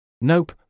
Nope